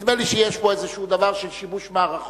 נדמה לי שיש פה איזה דבר של שיבוש מערכות.